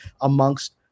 amongst